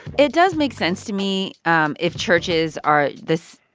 it does make sense to me, um if churches are this,